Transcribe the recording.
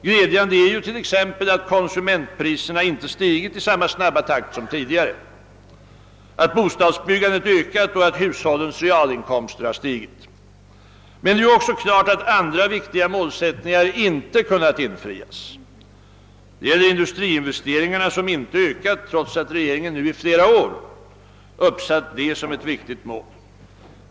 Glädjande är t.ex. att konsumentpriserna inte stigit i samma snabba takt som tidigare, att bostadsbyggandet ökat och att hushållens realinkomster har stigit. Men det är också klart att andra viktiga målsättningar inte har kunnat infrias. Det gäller industriinvestering arna, som inte ökat trots att regeringen nu under flera år uppsatt detta som ett viktigt mål.